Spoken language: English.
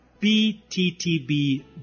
BTTB